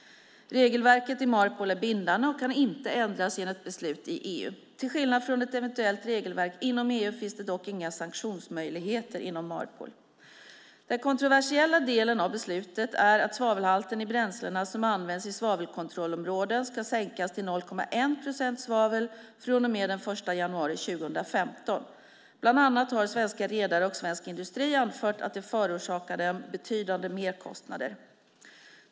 Regelverket i Marpol är bindande och kan inte ändras genom ett beslut i EU. Till skillnad från ett eventuellt regelverk inom EU finns det dock inga sanktionsmöjligheter inom Marpol. Den kontroversiella delen av beslutet är att svavelhalten i bränslena som används i svavelkontrollområdena ska sänkas till 0,1 procent svavel från och med den 1 januari 2015. Bland annat har svenska redare och svensk industri anfört att det förorsakar dem betydande merkostnader.